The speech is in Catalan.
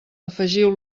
afegiu